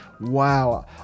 wow